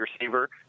receiver